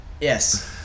Yes